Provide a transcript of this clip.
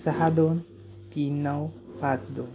सहा दोन तीन नऊ पाच दोन